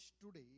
today